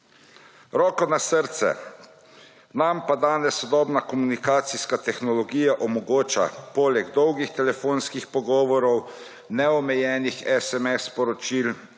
Roko na srce, nam pa danes sodobna komunikacijska tehnologija omogoča poleg dolgih telefonskih pogovorov, neomejenih SMS-sporočil